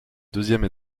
deuxième